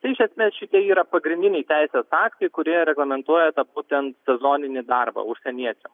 tai iš esmės šitie yra pagrindiniai teisės aktai kurie reglamentuoja tą būtent sezoninį darbą užsieniečiam